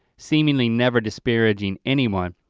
seemingly never disparaging anyone,